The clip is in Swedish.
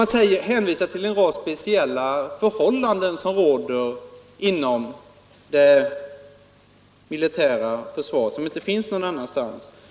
Man hänvisar till en rad speciella förhållanden som råder inom det militära försvaret och som inte finns någon annanstans.